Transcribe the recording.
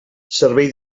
servei